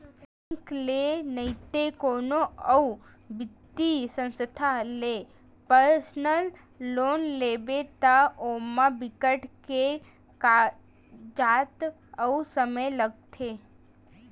bank ले नइते कोनो अउ बित्तीय संस्था ले पर्सनल लोन लेबे त ओमा बिकट के कागजात अउ समे लागथे